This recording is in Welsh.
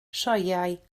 sioeau